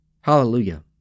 Hallelujah